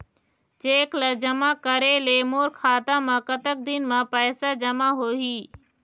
Cheque ला जमा करे ले मोर खाता मा कतक दिन मा पैसा जमा होही?